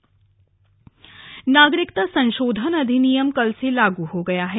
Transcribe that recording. नागरिकता संशोधन अधिनियम नागरिकता संशोधन अधिनियम कल से लागू हो गया है